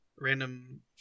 random